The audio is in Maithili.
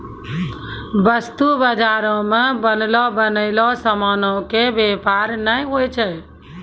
वस्तु बजारो मे बनलो बनयलो समानो के व्यापार नै होय छै